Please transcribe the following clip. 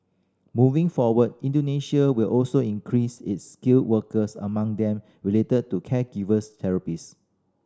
moving forward Indonesia will also increase its skilled workers among them related to caregiver therapist